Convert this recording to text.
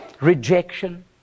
rejection